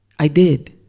i did.